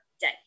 day